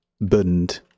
bund